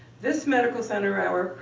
this medical center hour,